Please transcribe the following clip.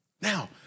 Now